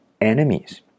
enemies